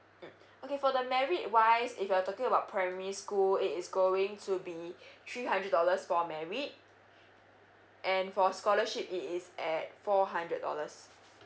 mm okay for the merit wise if you're talking about primary school it is going to be three hundred dollars for merit and for scholarship it is at four hundred dollars